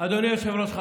אדוני היושב-ראש,